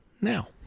now